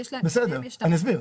בסדר, אני אסביר.